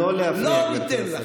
לא להפריע, גברתי השרה.